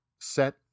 set